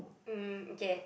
um okay